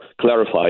clarify